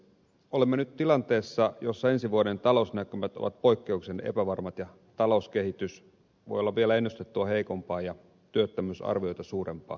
olemme nyt tilanteessa jossa ensi vuoden talousnäkymät ovat poikkeuksellisen epävarmat ja talouskehitys voi olla vielä ennustettua heikompaa ja työttömyys arvioita suurempaa